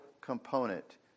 component